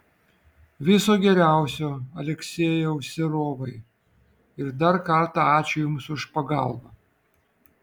viso geriausio aleksejau serovai ir dar kartą ačiū jums už pagalbą